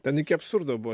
ten iki absurdo buvo